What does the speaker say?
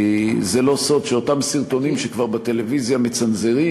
זה לא סוד שאותם סרטונים שכבר בטלוויזיה מצנזרים,